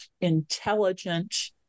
intelligent